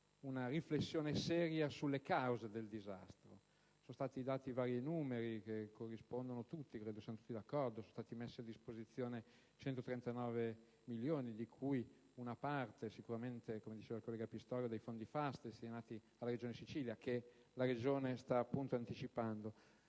una riflessione seria sulle cause del disastro. Sono stati forniti vari numeri, che corrispondono tutti e sui quali credo siamo tutti d'accordo: sono stati messi a disposizione 139 milioni di euro, di cui una parte sicuramente - come diceva il collega Pistorio - dai fondi FAS destinati alla Regione Siciliana, che la Regione sta appunto anticipando,